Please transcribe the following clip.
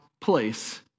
place